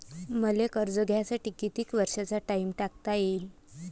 मले कर्ज घ्यासाठी कितीक वर्षाचा टाइम टाकता येईन?